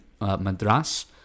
Madras